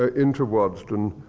ah into waddesdon,